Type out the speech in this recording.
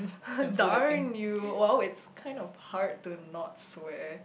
darn you well it's kind of hard to not swear